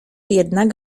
jednak